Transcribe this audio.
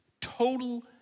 Total